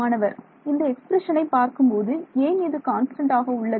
மாணவர் இந்த எக்ஸ்பிரஷனை பார்க்கும் போது ஏன் இது கான்ஸ்டன்ட் ஆக உள்ளது